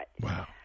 Wow